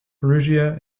perugia